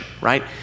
right